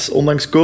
ondanks